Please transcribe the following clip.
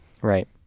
Right